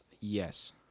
yes